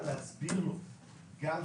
יש אנשים שלא נכנסים להגדרת מחלים ומחוסן